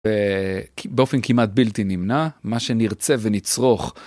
באופן כמעט בלתי נמנע, מה שנרצה ונצרוך.